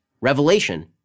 revelation